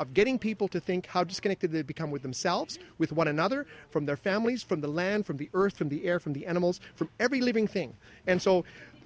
of getting people to think how disconnected they become with themselves with one another from their families from the land from the earth from the air from the animals from every living thing and so